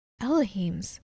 Elohim's